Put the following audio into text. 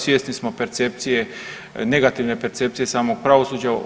Svjesni smo percepcije, negativne percepcije samog pravosuđa.